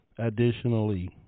Additionally